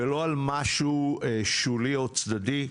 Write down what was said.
ולא על משהו שולי או צדדי.